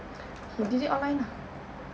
he did it online ah